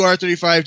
R35